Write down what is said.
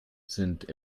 sind